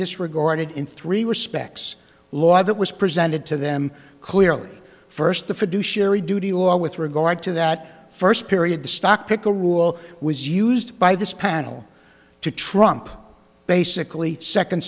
disregarded in three were specs law that was presented to them clearly first the fiduciary duty law with regard to that first period the stock pickle rule was used by this panel to trump basically second